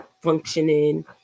functioning